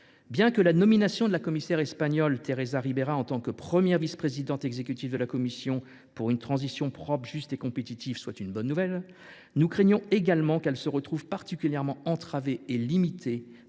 Bien que la nomination de la commissaire espagnole Teresa Ribera en tant que première vice présidente exécutive de la Commission pour une transition propre, juste et compétitive, soit une bonne nouvelle, nous craignons également qu’elle se retrouve particulièrement entravée et limitée